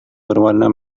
berwarna